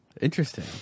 Interesting